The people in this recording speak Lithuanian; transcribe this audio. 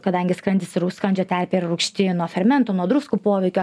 kadangi skrandis skrandžio terpė yra rūgšti nuo fermentų nuo druskų poveikio